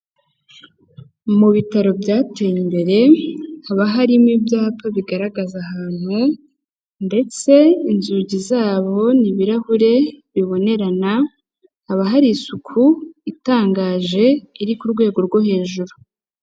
Mu bitaro byateye imbere, haba harimo ibyapa bigaragaza ahantu, ndetse inzugi zabo ni ibirahure bibonerana, haba hari isuku itangaje iri ku rwego rwo hejuru.